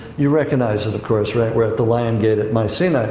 you recognize it, of course, right? we're at the lion gate at mycenae. like